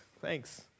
thanks